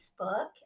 facebook